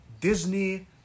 disney